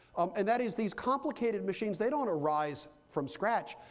and that is these complicated machines, they don't arise from scratch.